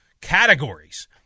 categories